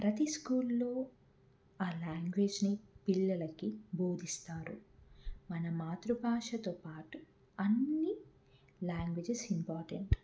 ప్రతీ స్కూల్లో ఆ లాంగ్వేజ్ని పిల్లలకి భోదిస్తారు మన మాతృభాషతో పాటు అన్నీ లాంగ్వేజెస్ ఇంపార్టెంట్